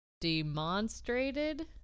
demonstrated